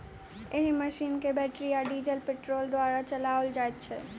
एहि मशीन के बैटरी आ डीजल पेट्रोल द्वारा चलाओल जाइत छै